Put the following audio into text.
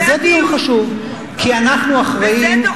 גם זה דיון חשוב כי אנחנו אחראים, זה הדיון.